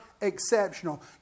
exceptional